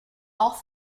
auch